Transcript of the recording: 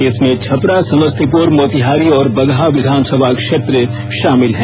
इसमें छपरा समस्तीपुर मोतिहारी और बगहा विधानसभा क्षेत्र शामिल हैं